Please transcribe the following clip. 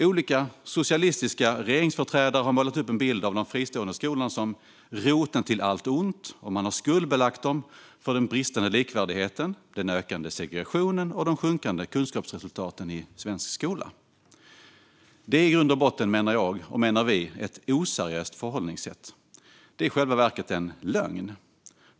Olika socialistiska regeringsföreträdare har målat upp en bild av de fristående skolorna som roten till allt ont och skuldbelagt dem för den bristande likvärdigheten, den ökade segregationen och de sjunkande kunskapsresultaten i svensk skola. Det är, menar vi, ett i grund och botten oseriöst förhållningssätt. Det är i själva verket en lögn.